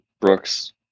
Brooks